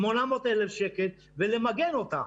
800,000 שקל ולמגן אותם.